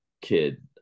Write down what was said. kid